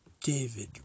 David